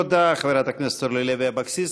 תודה, חברת הכנסת אורלי לוי אבקסיס.